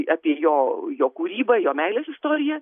apie jo jo kūrybą jo meilės istoriją